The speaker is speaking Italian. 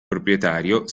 proprietario